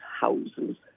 houses